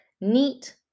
NEAT